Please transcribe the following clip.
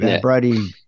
Brody